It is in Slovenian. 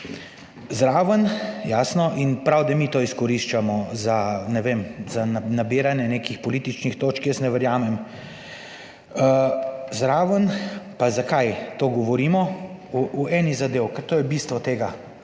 Zraven, jasno in pravi, da mi to izkoriščamo za, ne vem, za nabiranje nekih političnih točk, jaz ne verjamem, zraven pa zakaj to govorimo o eni zadevi, ker to je bistvo tega,